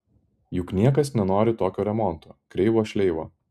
juk niekas nenori tokio remonto kreivo šleivo